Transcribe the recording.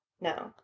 no